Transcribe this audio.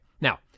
Now